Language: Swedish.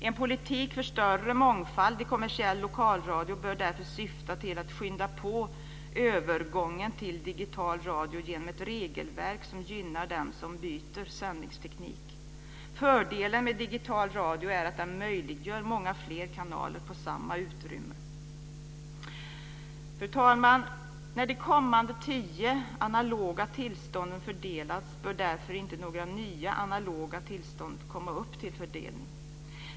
En politik för större mångfald i kommersiell lokalradio bör därför syfta till att skynda på övergången till digital radio genom ett regelverk som gynnar den som byter sändningsteknik. Fördelen med digital radio är att den möjliggör många fler kanaler på samma utrymme. Fru talman! När de kommande tio analoga tillstånden fördelats bör därför inte några nya analoga tillstånd komma upp till fördelning.